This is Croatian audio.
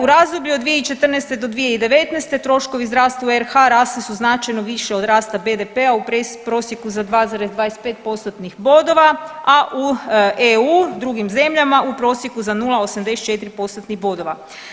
U razdoblju od 2014. do 2019. troškovi zdravstva u RH rasli su značajno više od rasta BDP-a u prosjeku za 2,25 postotnih bodova, a u EU drugim zemljama u prosjeku za 0,84 postotnih bodova.